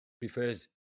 prefers